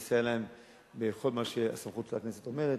לסייע להם בכל מה שהסמכות של הכנסת אומרת.